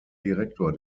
direktor